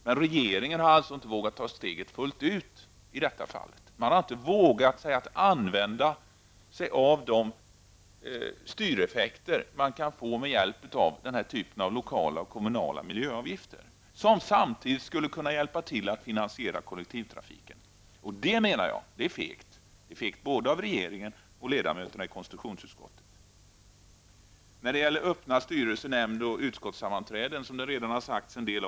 Men regeringen har inte vågat ta steget fullt ut. Man har inte vågat att använda sig av de styreffekter som kan erhållas med hjälp av den här typen av lokala, kommunala miljöavgifter, som samtidigt skulle kunna hjälpa till att finansiera kollektivtrafiken. Jag menar att detta är fegt, både av regeringen och av ledamöterna i konstitutionsutskottet. Det har redan talats en del om öppna styrelsenämndssammanträden och öppna utskottssammanträden.